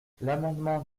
l’amendement